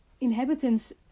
inhabitants